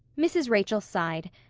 mrs. rachel sighed.